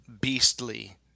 beastly